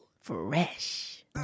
Fresh